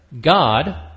God